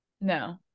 No